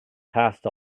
past